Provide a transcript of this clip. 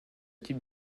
type